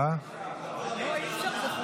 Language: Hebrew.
מעמד האישה.